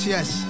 Yes